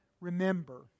Remember